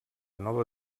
nova